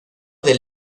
del